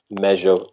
measure